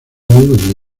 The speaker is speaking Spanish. donde